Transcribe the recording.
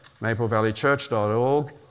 maplevalleychurch.org